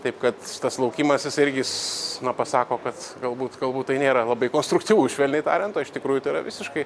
taip kad šitas laukimas jisai irgi s pasako kad galbūt galbūt tai nėra labai konstruktyvu švelniai tariant o iš tikrųjų tai yra visiškai